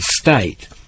state